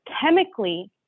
chemically